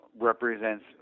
represents